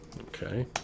okay